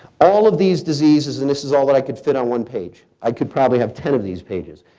all of these diseases, and this is all but i could fit on one page, i could probably have ten of these pages.